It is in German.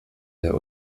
der